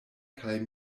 kaj